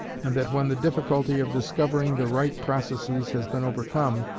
and that when the difficulty of discovering the right processes has been overcome,